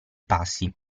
passi